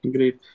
Great